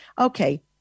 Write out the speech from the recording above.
Okay